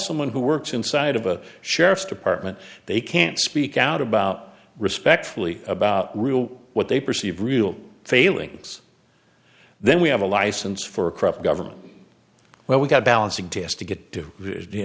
someone who works inside of a sheriff's department they can speak out about respectfully about real what they perceive real failings then we have a license for a corrupt government well we've got a balancing test to get to